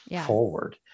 forward